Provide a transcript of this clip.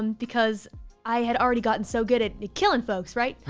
um because i had already gotten so good at killing folks, right?